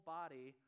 body